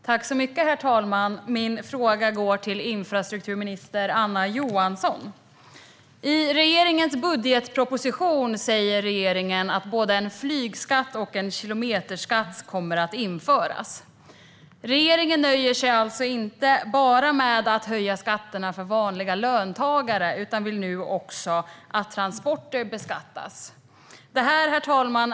Herr talman! Min fråga går till infrastrukturminister Anna Johansson. I regeringens budgetproposition säger regeringen att både en flygskatt och en kilometerskatt kommer att införas. Regeringen nöjer sig alltså inte med att bara höja skatterna för vanliga löntagare utan vill nu också att transporter beskattas. Herr talman!